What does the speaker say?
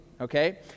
okay